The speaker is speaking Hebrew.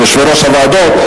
יושבי-ראש הוועדות,